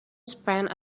spent